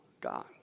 God